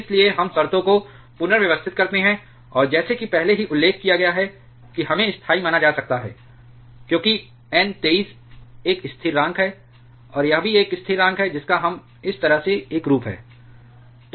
इसलिए हम शर्तों को पुनर्व्यवस्थित करते हैं और जैसा कि पहले ही उल्लेख किया गया है कि हमें स्थाई माना जा सकता है क्योंकि N 23 एक स्थिरांक है और यह भी एक स्थिरांक है जिसका हम इस तरह से एक रूप है